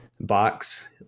box